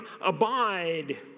abide